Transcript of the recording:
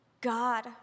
God